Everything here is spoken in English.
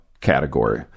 category